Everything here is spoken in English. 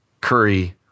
curry